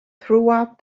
throughout